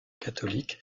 catholique